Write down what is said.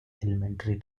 elementary